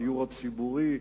הדיור הציבורי,